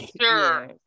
sure